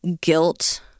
guilt